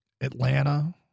Atlanta